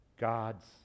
God's